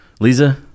Lisa